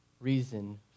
reason